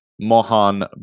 Mohan